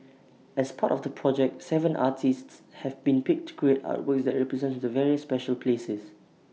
as part of the project Seven artists have been picked to create artworks that represent the various special places